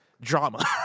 drama